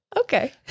Okay